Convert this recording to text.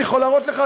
אני יכול להראות לך,